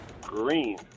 Green